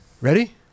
Ready